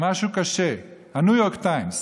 משהו קשה: הניו יורק טיימס